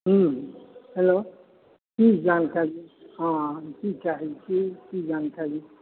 हुँ हेलो की जानकारी हाँ की चाहैछी की जानकारी